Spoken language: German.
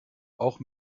auch